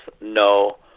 no